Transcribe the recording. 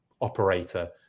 operator